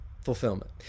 fulfillment